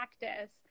practice